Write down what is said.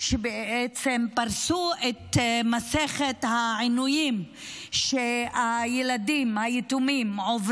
שאני עדיין זוכרת אותו, שיזמתי בוועדה לקידום מעמד